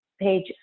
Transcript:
page